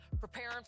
preparing